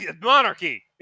monarchy